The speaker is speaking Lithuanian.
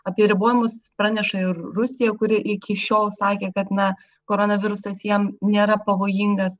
apie ribojimus praneša ir rusija kuri iki šiol sakė kad na koronavirusas jiem nėra pavojingas